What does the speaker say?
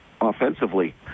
offensively